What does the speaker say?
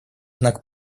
знак